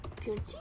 Beauty